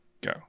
go